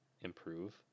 improve